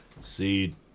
Seed